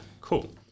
cool